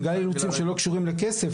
בגלל אילוצים שלא קשורים לכסף,